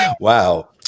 wow